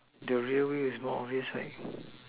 the railway is more obvious right